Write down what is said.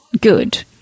good